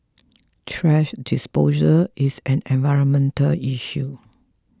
thrash disposal is an environmental issue